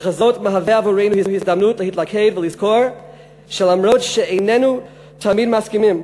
וככזאת מהווה עבורנו הזדמנות להתלכד ולזכור שלמרות שאיננו תמיד מסכימים,